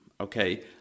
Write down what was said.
Okay